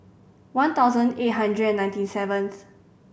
one thousand eight hundred and ninety seventh